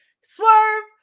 Swerve